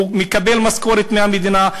מקבל משכורת מהמדינה,